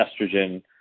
estrogen